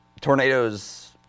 tornadoes